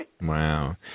Wow